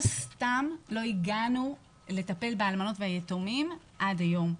לא לחינם לא הגענו לטפל באלמנות וביתומים עד היום.